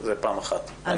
זה פעם אחת.